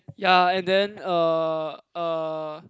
ya and then uh uh